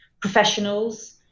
professionals